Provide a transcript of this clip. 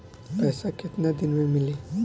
पैसा केतना दिन में मिली?